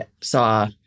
saw